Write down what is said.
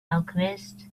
alchemist